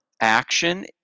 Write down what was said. action